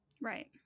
Right